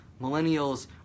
Millennials